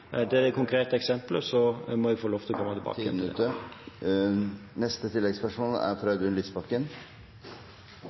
det gjelder det konkrete eksemplet, må jeg få lov å komme tilbake til det. Audun Lysbakken – til oppfølgingsspørsmål. Når det gjelder rus, er